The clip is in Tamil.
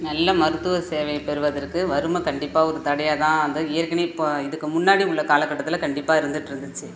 நல்ல மருத்துவ சேவையை பெறுவதற்கு வறுமை கண்டிப்பாக ஒரு தடையாக தான் அந்த ஏற்கனேவே இப்போது இதுக்கு முன்னாடி உள்ள காலகட்டத்தில் கண்டிப்பாக இருந்துகிட்ருந்துச்சு